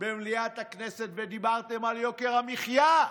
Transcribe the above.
במליאת הכנסת, ודיברתם על יוקר המחיה.